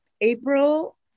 april